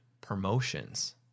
promotions